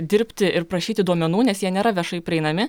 dirbti ir prašyti duomenų nes jie nėra viešai prieinami